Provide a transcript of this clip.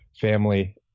family